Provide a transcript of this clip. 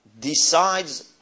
decides